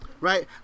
right